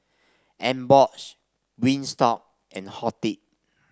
Emborg Wingstop and Horti